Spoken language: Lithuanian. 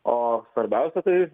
o svarbiausia tai